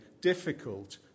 difficult